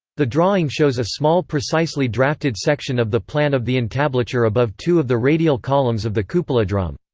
the drawing shows a small precisely drafted section of the plan of the entablature above two of the radial columns of the cupola drum.